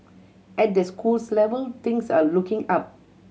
at the schools level things are looking up